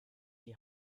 die